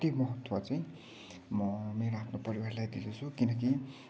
बढी महत्त्व चाहिँ म मेरो आफ्नो परिवारलाई दिदँछु किनकि